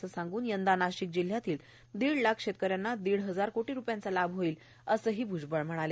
असं सांगून यंदा नाशिक जिल्ह्यातील दीड लाख शेतकऱ्यांना दीड हजार कोटी रुपयांचा लाभ होईल असंही भ्जबळ म्हणाले